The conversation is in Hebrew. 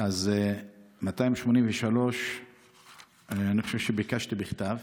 אז את 283 אני חושב שביקשתי בכתב.